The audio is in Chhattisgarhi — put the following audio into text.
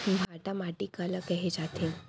भांटा माटी काला कहे जाथे?